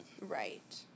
Right